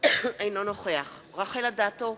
אינו נוכח רחל אדטו,